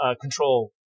control